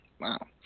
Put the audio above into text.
Wow